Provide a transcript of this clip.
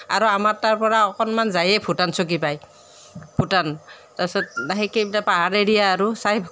আৰু আমাৰ তাৰ পৰা অকণমান যায়েই ভূটান চকী পায় ভূটান তাৰ পাছত সেইকেইটা পাহাৰ এৰিয়া আৰু চাই